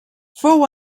fou